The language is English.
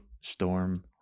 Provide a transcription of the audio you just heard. storm